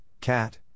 cat